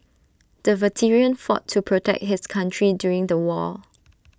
the veteran fought to protect his country during the war